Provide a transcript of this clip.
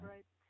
Right